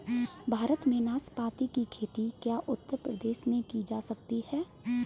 भारत में नाशपाती की खेती क्या उत्तर प्रदेश में की जा सकती है?